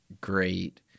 great